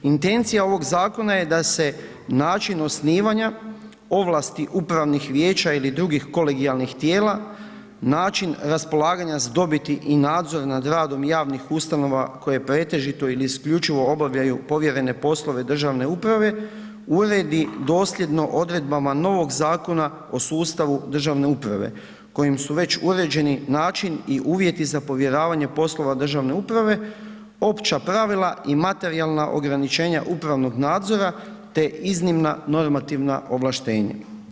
Intencija ovog zakona je da se način osnivanja, ovlasti upravnih vijeća ili drugih kolegijalnih tijela, način raspolaganja s dobiti i nadzor nad radom javnih ustanova koje pretežito ili isključivo obavljaju povjerene poslove državne uprave, uredi dosljedno odredbama novog Zakona o sustavu državne uprave, kojim su već uređeni način i uvjeti za povjeravanje poslova državne uprave, opća pravila i materijalna ograničenja upravnog nadzora te iznimna normativna ovlaštenja.